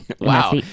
Wow